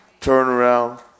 turnaround